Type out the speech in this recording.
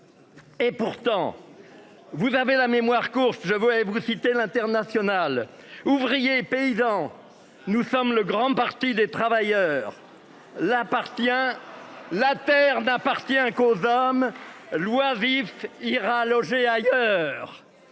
Et pourtant. Vous avez la mémoire courte, je voudrais vous citer l'international ouvriers et paysans. Nous sommes le grand parti des travailleurs l'appartient. La terre n'appartient qu'aux hommes. Loi vif ira loger ailleurs.